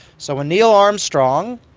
so when neil armstrong,